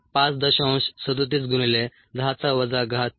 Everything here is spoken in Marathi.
9 s 7